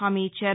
హామీ ఇచ్చారు